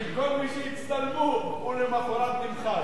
שכל מי שהם הצטלמו אתו, הוא למחרת נמחק.